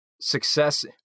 success